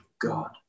God